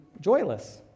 joyless